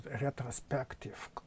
retrospective